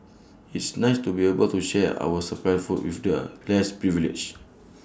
it's nice to be able to share our surplus food with the less privileged